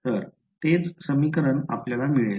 तर तेच समीकरण आपल्याला मिळेल